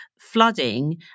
flooding